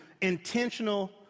intentional